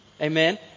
amen